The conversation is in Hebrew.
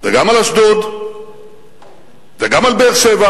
וגם על אשדוד וגם על באר-שבע,